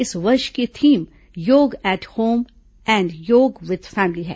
इस वर्ष की theme yoga at home and yoga with family है